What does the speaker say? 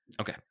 Okay